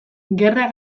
gerra